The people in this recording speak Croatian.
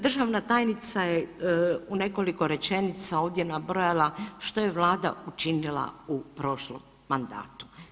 Državna tajnice je u nekoliko rečenica ovdje nabrojala što je Vlada učinila u prošlom mandatu.